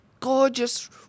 gorgeous